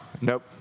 Nope